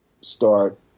start